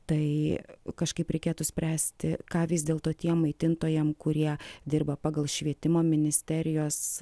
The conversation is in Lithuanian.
tai kažkaip reikėtų spręsti ką vis dėlto tiem maitintojam kurie dirba pagal švietimo ministerijos